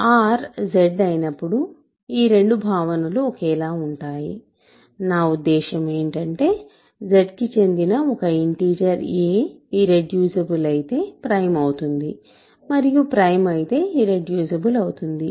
R Z అయినప్పుడు ఈ రెండు భావనలు ఒకేలా ఉంటాయి నా ఉద్దేశ్యం ఏమిటంటే Z కు చెందిన ఒక ఇంటిజర్ a ఇర్రెడ్యూసిబుల్ అయితే ప్రైమ్ అవుతుంది మరియు ప్రైమ్ అయితే ఇర్రెడ్యూసిబుల్ అవుతుంది